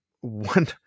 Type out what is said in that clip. one